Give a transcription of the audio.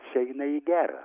išeina į gera